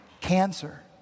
cancer